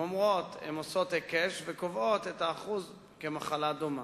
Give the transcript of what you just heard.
הן עושות היקש וקובעות את האחוז כמחלה דומה.